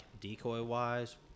decoy-wise